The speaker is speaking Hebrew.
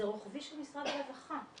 זה רוחבי של משרד הרווחה.